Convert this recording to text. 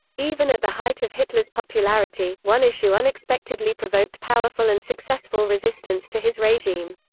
even at the height of hitler's popularity, one issue unexpectedly provoked powerful and successful resistance to his regime.